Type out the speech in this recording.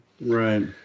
Right